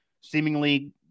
seemingly